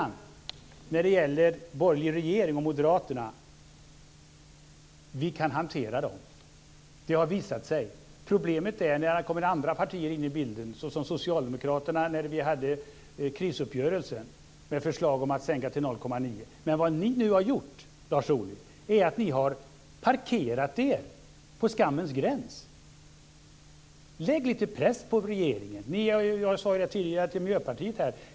När det gäller detta med borgerlig regering och Moderaterna vill jag säga att vi kan hantera dem. Det har visat sig. Problemet är när det kommer in andra partier i bilden, som Socialdemokraterna gjorde när vi hade krisuppgörelsen, med förslag om att sänka till 0,9 %. Men vad ni nu har gjort, Lars Ohly, är att ni har parkerat er på skammens gräns. Sätt lite press på regeringen! Det sade jag tidigare till Miljöpartiet.